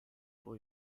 pour